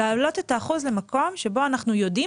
להעלות את האחוז למקום שבו אנחנו יודעים